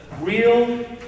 real